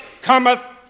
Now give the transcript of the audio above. cometh